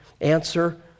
Answer